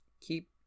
Keep